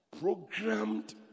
programmed